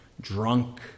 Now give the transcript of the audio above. Drunk